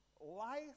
Life